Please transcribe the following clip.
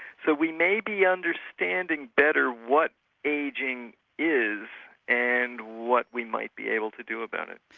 so we may be understanding better what ageing is and what we might be able to do about it.